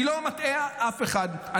אני לא מטעה אף אחד.